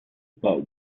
but